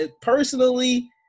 personally